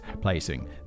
placing